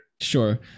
Sure